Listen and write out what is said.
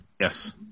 yes